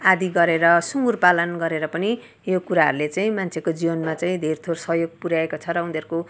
आदि गरेर सुँगुर पालन गरेर पनि यो कुराहरूले चाहिँ मान्छेको जीवनमा चाहिँ धेर थोर सहयोग पुर्याएको छ र उनीहरूको